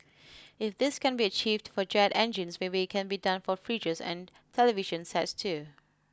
if this can be achieved for jet engines maybe it can be done for fridges and television sets too